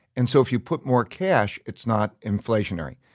and so if you put more cash, it's not inflationary.